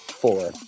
Four